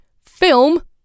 film